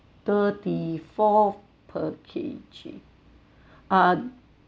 thirty-four per K_G uh